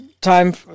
time